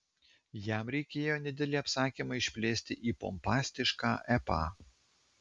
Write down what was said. jam reikėjo nedidelį apsakymą išplėsti į pompastišką epą